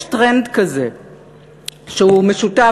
יש טרנד כזה שהוא משותף,